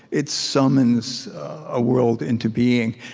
it summons a world into being.